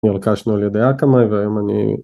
נרכשנו על ידי הקמאי והיום אני